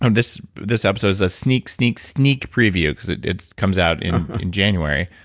um this this episode is a sneak, sneak, sneak preview because it comes out in in january.